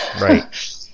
Right